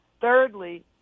Thirdly